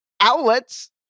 outlets